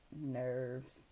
nerves